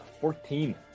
Fourteen